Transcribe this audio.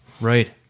Right